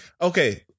okay